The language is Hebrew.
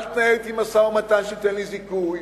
אל תנהל אתי משא-ומתן על זיכוי,